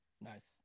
Nice